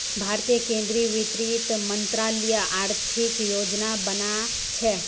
भारतीय केंद्रीय वित्त मंत्रालय आर्थिक योजना बना छे